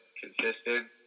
consistent